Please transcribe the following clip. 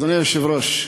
אדוני היושב-ראש,